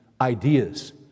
ideas